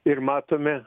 ir matome